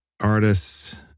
artists